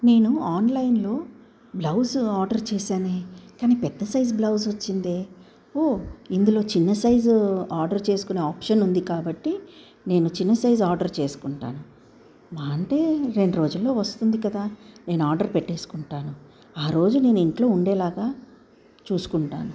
నేను ఆన్లైన్లో blouse order చేశానే కానీ పెద్ద సైజు బ్లౌజ్ వచ్చిందే ఓ ఇందులో చిన్న సైజు ఆర్డర్ చేసుకునే ఆప్షన్ ఉంది కాబట్టి నేను చిన్న సైజు ఆర్డర్ చేసుకుంటాను మహ అంటే రెండు రోజుల్లో వస్తుంది కదా నేను ఆర్డర్ పెట్టేసుకుంటాను ఆ రోజు నేను ఇంట్లో ఉండేలాగా చూసుకుంటాను